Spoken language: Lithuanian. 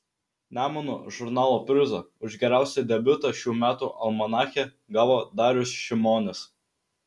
nemuno žurnalo prizą už geriausią debiutą šių metų almanache gavo darius šimonis